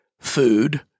food